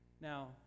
Now